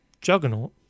Juggernaut